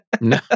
No